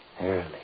Early